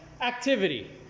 activity